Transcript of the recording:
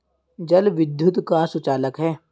जल विद्युत का सुचालक है